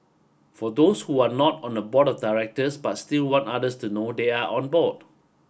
for those who are not on the board of directors but still want others to know they are on board